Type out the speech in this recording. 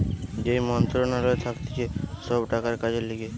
যেই মন্ত্রণালয় থাকতিছে সব টাকার কাজের লিগে